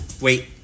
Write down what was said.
wait